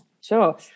Sure